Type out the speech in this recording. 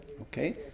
Okay